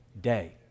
day